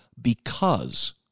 because-